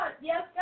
Yes